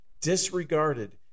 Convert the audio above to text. disregarded